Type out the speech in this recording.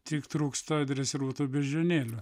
tik trūksta dresiruotų beždžionėlių